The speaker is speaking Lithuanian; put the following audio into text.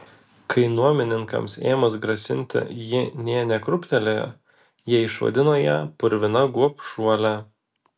kai nuomininkams ėmus grasinti ji nė nekrūptelėjo jie išvadino ją purvina gobšuole